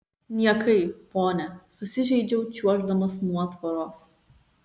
niekai ponia susižeidžiau čiuoždamas nuo tvoros